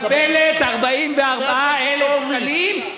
מקבלת 44,000 שקלים.